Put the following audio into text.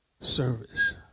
service